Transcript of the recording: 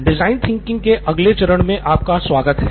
design thinking के अगले चरण में आपका स्वागत है